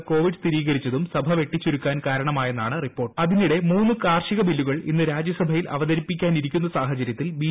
P മാർക്ക് Covid സ്ഥിരീകരിച്ചതുരുട്ടി വെട്ടിച്ചുരുക്കാൻ കാരണമായെന്നാണ് റിപ്പോര്ട്ട് അതിനിടെ മൂന്ന് കാർഷിക ബില്ലുകൾ ഇന്ന് രാജ്യസഭയിൽ അവതരിപ്പിക്കാനിരിക്കുന്ന സാഹചരൃത്തിൽ ബി